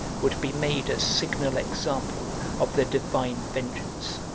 would be made a signal example of the divine vengeance.